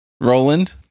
Roland